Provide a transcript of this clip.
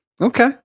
Okay